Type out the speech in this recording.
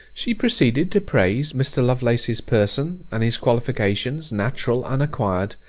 she proceeded to praise mr. lovelace's person, and his qualifications natural and acquired.